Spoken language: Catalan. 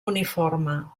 uniforme